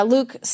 Luke